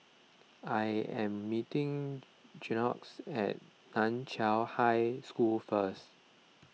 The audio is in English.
I am meeting Jaxon at Nan Chiau High School first